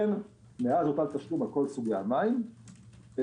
מאז הוטל תשלום על כל סוגי המים למעט,